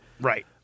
Right